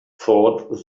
thought